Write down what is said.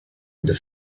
the